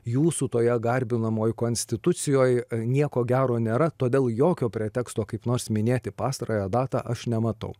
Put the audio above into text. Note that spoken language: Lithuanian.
jūsų toje garbinamoj konstitucijoj nieko gero nėra todėl jokio preteksto kaip nors minėti pastarąją datą aš nematau